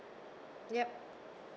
yup